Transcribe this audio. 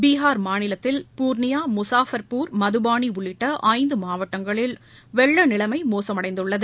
பீகார் மாநிலத்தில் பூர்ணியா முஷாஃபர்பூர் மதுபானி உள்ளிட்ட ஐந்து மாவட்டங்களில் வெள்ள நிலைமை மோசமடைந்துள்ளது